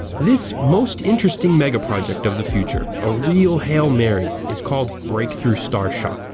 this most interesting megaproject of the future, a real hail mary, is called breakthrough starshot.